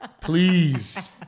please